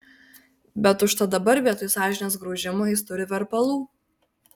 bet užtat dabar vietoj sąžinės graužimo jis turi verpalų